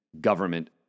government